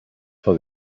for